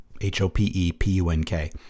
H-O-P-E-P-U-N-K